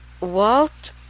Walt